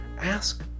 Ask